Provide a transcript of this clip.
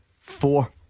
Four